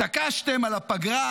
התעקשתם על הפגרה